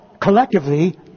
Collectively